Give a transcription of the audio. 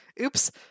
oops